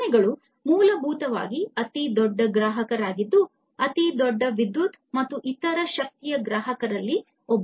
ಕಾರ್ಖಾನೆಗಳು ಮೂಲಭೂತವಾಗಿ ಅತಿದೊಡ್ಡ ಗ್ರಾಹಕರಾಗಿದ್ದು ಅತಿದೊಡ್ಡ ವಿದ್ಯುತ್ ಮತ್ತು ಇತರ ಶಕ್ತಿಯ ಗ್ರಾಹಕರಲ್ಲಿ ಒಬ್ಬರು